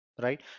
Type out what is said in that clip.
right